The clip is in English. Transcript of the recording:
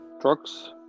trucks